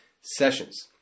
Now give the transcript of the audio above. sessions